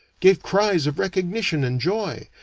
gave cries of recognition and joy,